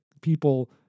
people